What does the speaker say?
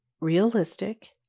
realistic